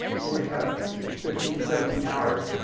where we'd have fifteen, seventeen hours.